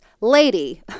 lady